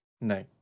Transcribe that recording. no